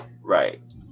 Right